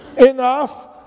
enough